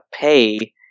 pay